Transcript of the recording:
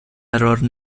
قرار